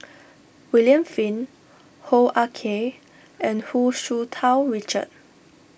William Flint Hoo Ah Kay and Hu Tsu Tau Richard